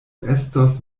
estos